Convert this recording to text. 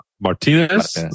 Martinez